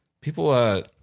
people